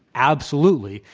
absolutely.